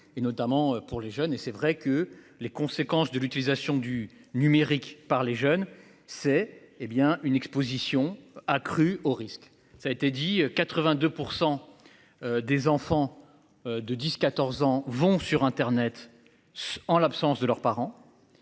et notamment pour les jeunes et c'est vrai que les conséquences de l'utilisation du numérique par les jeunes c'est hé bien une Exposition accrue aux risques. Ça a été dit 82%. Des enfants. De 10 14 ans vont sur internet. En l'absence de leurs parents.